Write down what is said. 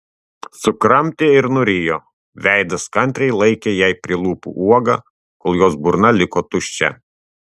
sukramtė ir nurijo veidas kantriai laikė jai prie lūpų uogą kol jos burna liko tuščia